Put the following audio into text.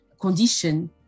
condition